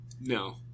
No